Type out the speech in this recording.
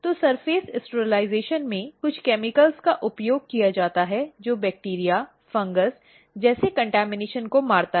तो surface sterilisation में कुछ केमिकल्स का उपयोग किया जाता है जो बैक्टीरिया फंगस जैसे कॅन्टैमिनेशॅन को मारता है